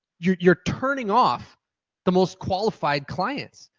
you're you're turning off the most qualified clients,